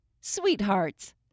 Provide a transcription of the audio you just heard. sweethearts